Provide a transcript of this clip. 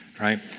right